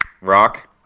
Rock